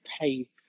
pay